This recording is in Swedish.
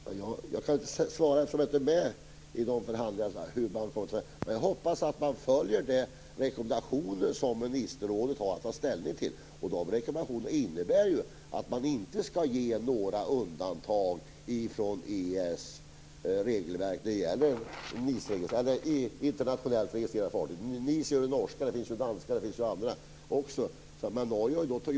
Herr talman! Jag kan inte säga hur man kommer att göra eftersom jag inte är med i de förhandlingarna. Jag hoppas att man följer rekommendationerna från ministerrådet. De rekommendationerna innebär att man inte skall ge några undantag från EES regelverk när det gäller internationellt registrerade fartyg. NIS gäller ju norska fartyg, och det finns också danska och andra.